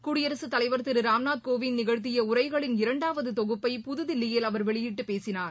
குடியரசுத்தலைவர் திரு ராம்நாத்கோவிந்த் நிகழ்த்திய உரைகளின் இரண்டாவது தொகுப்பை புதுதில்லியில் அவர் வெளியிட்டு பேசினார்